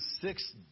six